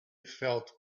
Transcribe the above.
felt